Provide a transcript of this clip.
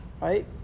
right